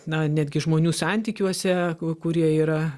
na netgi žmonių santykiuose kurie yra